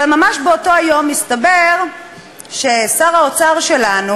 אבל ממש באותו היום הסתבר ששר האוצר שלנו